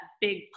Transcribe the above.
big